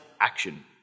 action